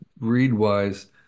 Readwise